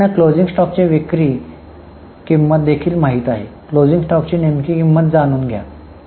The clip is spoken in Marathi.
आता त्यांना क्लोजिंग स्टॉकची विक्री आणि विक्री किंमत देखील माहित आहे क्लोजिंग स्टॉकची नेमकी किंमत जाणून घ्या